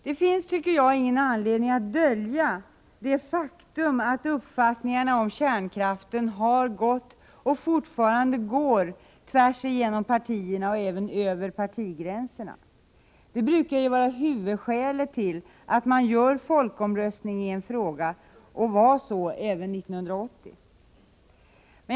Det finns, tycker jag, ingen anledning att dölja det faktum att uppfattningarna om kärnkraften har gått, och fortfarande går, tvärs igenom partierna och även över partigränserna. Det brukar ju vara huvudskälet till att man har folkomröstning i en fråga — så var det även 1980.